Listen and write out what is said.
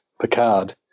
Picard